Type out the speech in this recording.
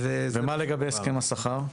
ומה לגבי הסכם השכר?